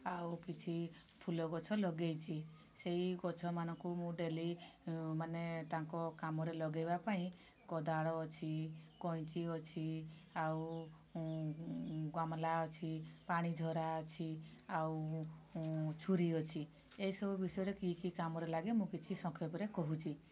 ଆଉ କିଛି ଫୁଲ ଗଛ ଲଗେଇଛି ସେହି ଗଛ ମାନଙ୍କୁ ମୁଁ ଡେଲି ମାନେ ତାଙ୍କ କାମରେ ଲଗାଇବା ପାଇଁ କୋଦାଳ ଅଛି କଇଁଚି ଅଛି ଆଉ ଗମଲା ଅଛି ପାଣି ଝରା ଅଛି ଆଉ ଛୁରୀ ଅଛି ଏ ସବୁ ବିଷୟରେ କି କି କାମରେ ଲାଗେ ମୁଁ କିଛି ସଂକ୍ଷେପରେ କହୁଛି